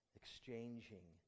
exchanging